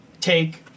take